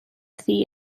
thi